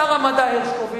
שר המדע הרשקוביץ,